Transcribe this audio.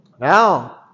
Now